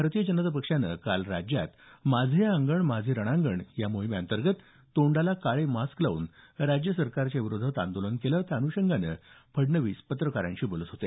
भारतीय जनता पक्षानं काल राज्यात माझे अंगण माझे रणांगण मोहिमेअंतर्गत तोंडाला काळे मास्क लाऊन राज्य सरकारच्या विरोधात आंदोलन केलं त्या अनुषंगानं फडणवीस पत्रकारांशी बोलत होते